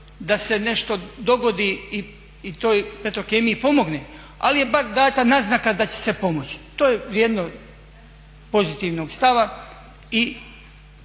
da se nešto dogodi i toj Petrokemiji pomogne, ali je bar dana naznaka da će se pomoći. to je vrijedno pozitivnog stava i